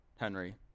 Henry